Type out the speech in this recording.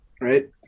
right